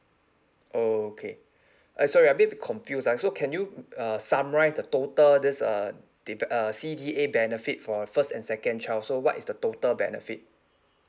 oh okay uh sorry a bit confused ah so can you uh summarise the total this uh depe~ uh C_D_A benefit for first and second child so what is the total benefit